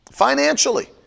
financially